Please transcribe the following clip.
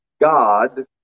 God